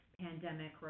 pandemic